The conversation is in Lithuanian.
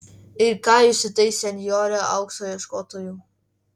ir ką jūs į tai senjore aukso ieškotojau